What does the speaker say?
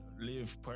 live